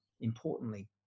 importantly